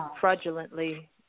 fraudulently